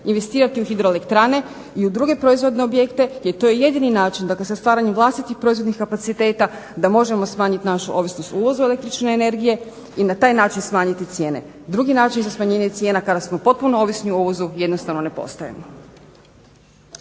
investirati u hidroelektrane i u druge proizvodne objekte jer je to je jedini način, dakle sa stvaranjem vlastitih proizvodnih kapaciteta da možemo smanjiti našu ovisnost uvoza električne energije i na taj način smanjiti cijene. Drugi način za smanjenje cijena, kada smo potpuno ovisni o uvozu jednostavno ne postoje.